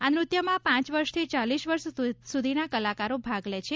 આ નૃત્યમાં પાંચ વર્ષથી ચાલીસ વર્ષ સુધીના કલાકારો ભાગ લે છે